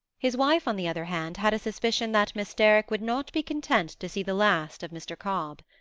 his wife, on the other hand, had a suspicion that miss derrick would not be content to see the last of mr. cobb.